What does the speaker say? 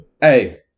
Hey